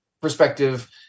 perspective